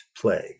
plague